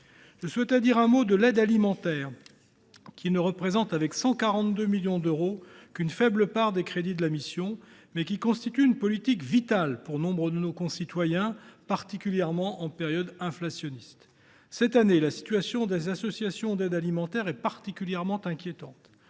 Je souhaite dire un mot de l’aide alimentaire, qui ne représente, avec 142 millions d’euros, qu’une faible part des crédits de la mission, mais qui constitue une politique vitale pour nombre de nos concitoyens, particulièrement en période inflationniste. Cette année, la situation des associations d’aide alimentaire est particulièrement inquiétante.